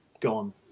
gone